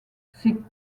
ces